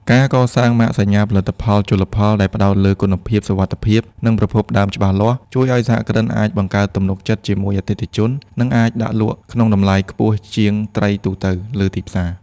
ការកសាងម៉ាកសញ្ញាផលិតផលជលផលដែលផ្ដោតលើ "គុណភាព សុវត្ថិភាព និងប្រភពដើមច្បាស់លាស់" ជួយឱ្យសហគ្រិនអាចបង្កើតទំនុកចិត្តជាមួយអតិថិជន និងអាចដាក់លក់ក្នុងតម្លៃខ្ពស់ជាងត្រីទូទៅលើទីផ្សារ។